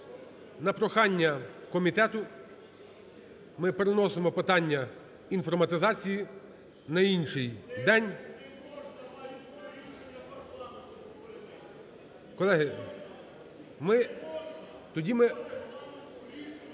На прохання комітету ми переносимо питання інформатизації на інший день. Колеги, тоді ми